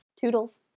Toodles